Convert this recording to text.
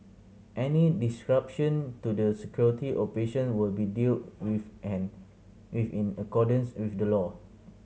any disruption to the security operation will be dealt with an with in accordance with the law